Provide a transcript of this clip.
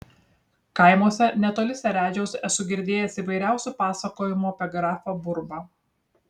kaimuose netoli seredžiaus esu girdėjęs įvairiausių pasakojimų apie grafą burbą